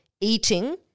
eating